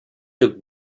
took